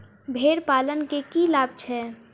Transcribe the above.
भेड़ पालन केँ की लाभ छै?